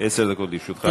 עשר דקות לרשותך.